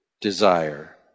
desire